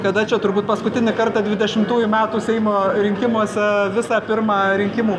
kada čia turbūt paskutinį kartą dvidešimtųjų metų seimo rinkimuose visą pirmą rinkimų